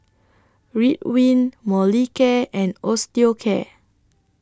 Ridwind Molicare and Osteocare